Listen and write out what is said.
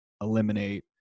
eliminate